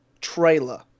Trailer